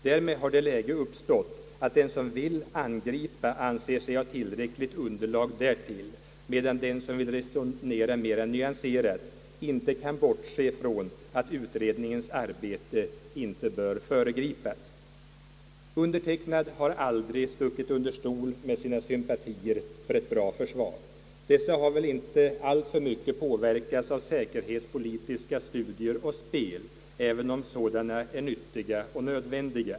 Därmed har det läget uppstått att den som vill angripa anser sig ha tillräckligt underlag därtill, medan den som vill resonera mera nyanserat inte kan bortse från att utredningens arbete inte bör föregripas. Jag har aldrig stuckit under stol med mina sympatier för ett bra försvar. Dessa har väl inte alltför mycket påverkats av säkerhetspolitiska studier och spel, även om sådana är nyttiga och nödvändiga.